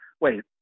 wait